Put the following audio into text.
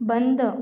बंद